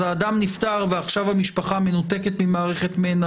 אז האדם נפטר ועכשיו המשפחה מנותקת ממערכת מנע,